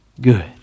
good